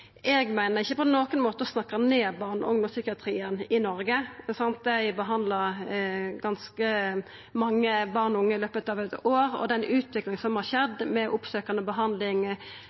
Eg meiner ikkje på nokon måte å snakka ned barne- og ungdomspsykiatrien i Noreg. Dei behandlar ganske mange barn og unge i løpet av eit år. Utviklinga som har skjedd med oppsøkjande behandling,